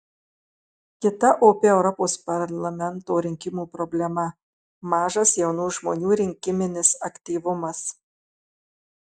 kita opi europos parlamento rinkimų problema mažas jaunų žmonių rinkiminis aktyvumas